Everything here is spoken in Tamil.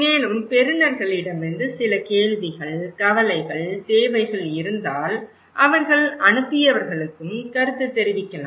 மேலும் பெறுநர்களிடம் சில கேள்விகள் கவலைகள் தேவைகள் இருந்தால் அவர்கள் அனுப்பியவர்களுக்கும் கருத்துத் தெரிவிக்கலாம்